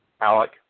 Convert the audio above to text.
Alec